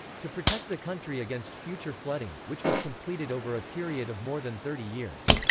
to protect the country against future flooding, which was completed over a period of more than thirty years.